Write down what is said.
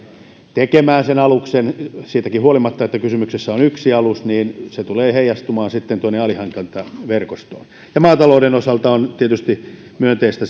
tekemään sen aluksen siitäkin huolimatta että kysymyksessä on yksi alus se tulee heijastumaan sitten alihankintaverkostoon ja maatalouden osalta on tietysti myönteistä